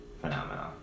phenomenal